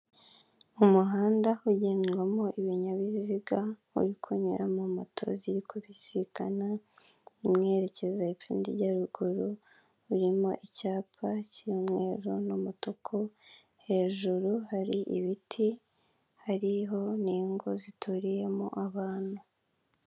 Umuhanda ugendwamo ibinyabiziga uri kunyuramo moto ziri kubisikana imwe yerekeza hepfo indi ijya ruguru urimo icyapa cy'umweru n'umutuku, hejuru hari ibiti, hariho n'ingo zituriyemo abantu.